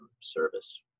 service